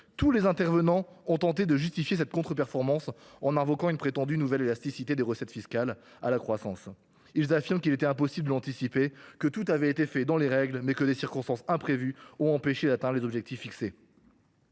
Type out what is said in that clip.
comptes publics ont tenté de justifier cette contre performance en invoquant une prétendue élasticité nouvelle des recettes fiscales à la croissance. Ils ont affirmé qu’il était impossible d’anticiper, que tout avait été fait dans les règles, mais que des circonstances imprévues avaient empêché d’atteindre les objectifs fixés.